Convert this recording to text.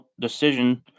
decision